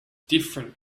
different